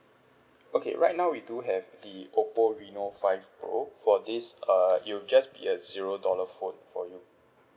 okay right now we do have the oppo reno five pro for this err it'll just be a zero dollar phone for you